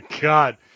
God